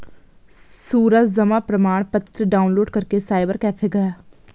सूरज जमा प्रमाण पत्र डाउनलोड करने साइबर कैफे गया